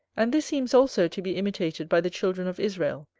and this seems also to be imitated by the children of israel,